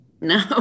No